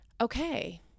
okay